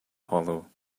hollow